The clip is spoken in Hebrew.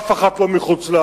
אף אחת לא מחו"ל,